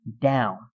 down